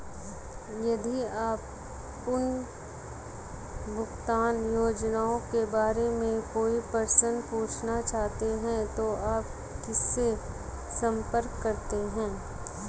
यदि आप पुनर्भुगतान योजनाओं के बारे में कोई प्रश्न पूछना चाहते हैं तो आप किससे संपर्क करते हैं?